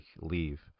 leave